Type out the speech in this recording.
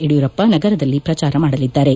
ಯಡಿಯೂರಪ್ಪ ನಗರದಲ್ಲಿ ಪ್ರಜಾರ ಮಾಡಲಿದ್ದಾರೆ